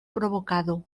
provocado